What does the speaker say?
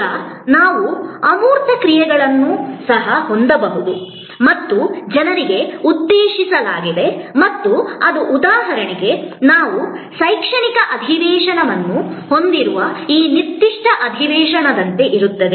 ಈಗ ನಾವು ಅಮೂರ್ತ ಕ್ರಿಯೆಗಳನ್ನು ಸಹ ಹೊಂದಬಹುದು ಮತ್ತು ಜನರಿಗೆ ಉದ್ದೇಶಿಸಲಾಗಿದೆ ಮತ್ತು ಅದು ಉದಾಹರಣೆಗೆ ನಾವು ಶೈಕ್ಷಣಿಕ ಅಧಿವೇಶನವನ್ನು ಹೊಂದಿರುವ ಈ ನಿರ್ದಿಷ್ಟ ಅಧಿವೇಶನದಂತೆ ಇರುತ್ತದೆ